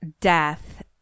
death